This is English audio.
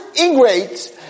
ingrates